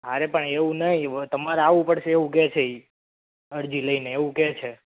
અરે પણ એવું નહીં તમારે આવવું પડશે એવું કહે છે એ અરજી લઈને એવું કહે છે